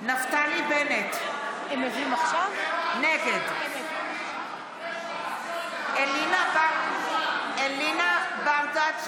נפתלי בנט, נגד אלינה ברדץ'